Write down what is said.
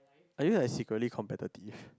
are you like secretly competitive